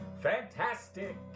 Fantastic